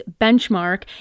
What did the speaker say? benchmark